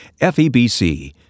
FEBC